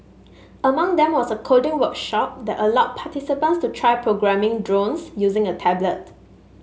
among them was a coding workshop that allowed participants to try programming drones using a tablet